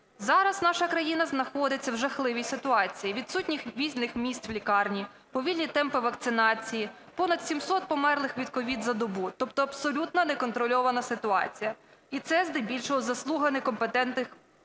Зараз наша країна знаходиться в жахливій ситуації: відсутність вільних місць в лікарні, повільні темпи вакцинації, понад 700 померлих від COVID за добу, тобто абсолютно неконтрольована ситуація і це здебільшого заслуга некомпетентних